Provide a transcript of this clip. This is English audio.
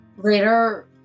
Later